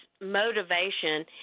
motivation